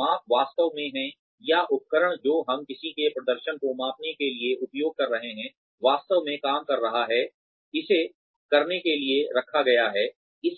माप वास्तव मे हैं या उपकरण जो हम किसी के प्रदर्शन को मापने के लिए उपयोग कर रहे है वास्तव में काम कर रहा है इसे करने के लिए रखा गया है